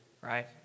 right